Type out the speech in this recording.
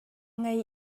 ngei